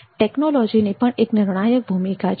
ટેકનોલોજીની પણ એક નિર્ણાયક ભૂમિકા છે